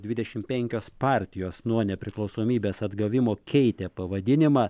dvidešim penkios partijos nuo nepriklausomybės atgavimo keitė pavadinimą